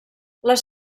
les